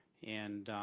and